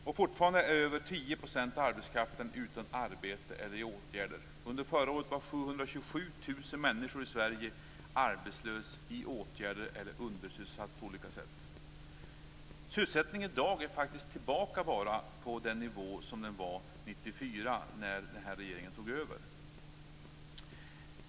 Fortfarande är mer än 10 % av arbetskraften utan arbete eller i åtgärder. Förra året var 727 000 personer i Sverige arbetslösa, i åtgärder eller undersysselsatta på olika sätt. Sysselsättningen i dag är faktiskt tillbaka på den nivå som var 1994 när den här regeringen tog över.